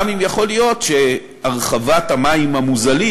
גם אם יכול להיות שהרחבת המים המוזלים,